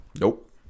Nope